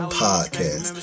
podcast